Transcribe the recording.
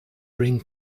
ring